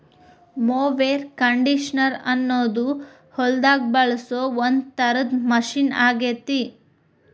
mower conditioner ಅನ್ನೋದು ಹೊಲದಾಗ ಬಳಸೋ ಒಂದ್ ತರದ ಮಷೇನ್ ಆಗೇತಿ